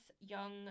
young